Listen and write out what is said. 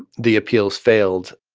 the appeals failed